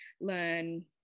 learn